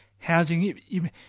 housing